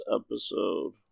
episode